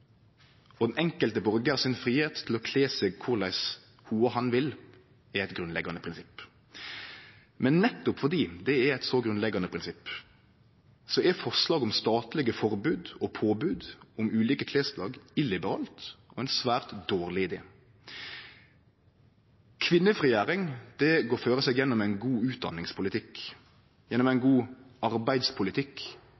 og fridomen den enkelte borgaren har til å kle seg slik ho eller han vil, er eit grunnleggjande prinsipp. Men nettopp fordi det er eit så grunnleggjande prinsipp, er forslaget om statleg forbod og påbod om ulike klesplagg illiberalt og ein svært dårleg idé. Kvinnefrigjering går føre seg gjennom ein god utdanningspolitikk, ein god arbeidspolitikk og ein